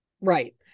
Right